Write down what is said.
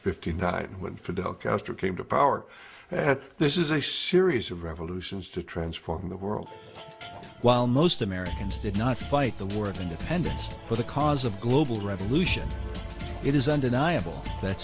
fifty five when fidel castro came to power and this is a series of revolutions to transform the world while most americans did not fight the war of independence for the cause of global revolution it is undeniable that